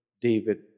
David